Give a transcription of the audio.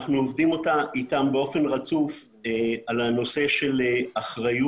אנחנו עובדים איתם באופן רצוף על הנושא של אחריות.